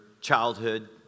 childhood